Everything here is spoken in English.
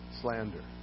slander